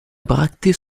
bractées